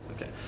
Okay